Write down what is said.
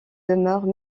demeurent